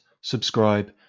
subscribe